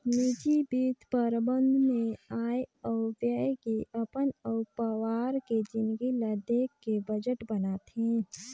निजी बित्त परबंध मे आय अउ ब्यय के अपन अउ पावार के जिनगी ल देख के बजट बनाथे